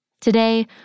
Today